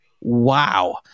Wow